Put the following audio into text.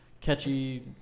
catchy